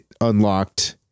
unlocked